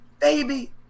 Baby